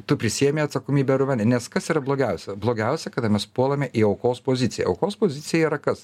tu prisiemi atsakomybę arba ne nes kas yra blogiausia blogiausia kada mes puolame į aukos poziciją aukos pozicija yra kas